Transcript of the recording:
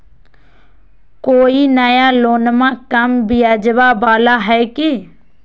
कोइ नया लोनमा कम ब्याजवा वाला हय की?